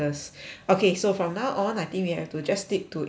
okay so from now on I think we have to just stick to english